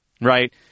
Right